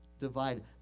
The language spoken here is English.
divided